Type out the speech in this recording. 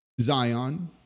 Zion